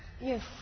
Yes